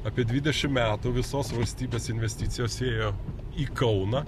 apie dvidešim metų visos valstybės investicijos ėjo į kauną